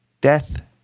Death